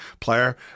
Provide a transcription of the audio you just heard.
player